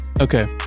Okay